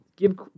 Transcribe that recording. Give